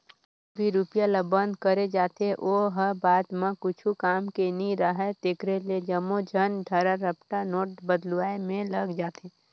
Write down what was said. जेन भी रूपिया ल बंद करे जाथे ओ ह बाद म कुछु काम के नी राहय तेकरे ले जम्मो झन धरा रपटा नोट बलदुवाए में लग जाथे